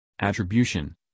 Attribution